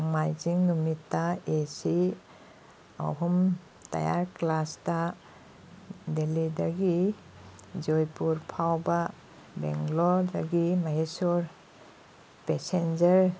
ꯅꯣꯡꯃꯥꯏꯖꯤꯡ ꯅꯨꯃꯤꯠꯇ A C ꯑꯍꯨꯝ ꯇꯥꯌꯥꯔ ꯀ꯭ꯂꯥꯁꯇ ꯗꯤꯜꯂꯤꯗꯒꯤ ꯖꯣꯏꯄꯨꯔ ꯐꯥꯎꯕ ꯕꯦꯡꯒ꯭ꯂꯣꯔꯗꯒꯤ ꯃꯍꯦꯁꯣꯔ ꯄꯦꯁꯦꯟꯖꯔ